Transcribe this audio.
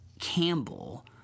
Campbell